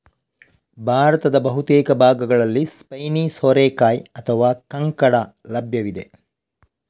ಭಾರತದ ಬಹುತೇಕ ಭಾಗಗಳಲ್ಲಿ ಸ್ಪೈನಿ ಸೋರೆಕಾಯಿ ಅಥವಾ ಕಂಕಡ ಲಭ್ಯವಿದೆ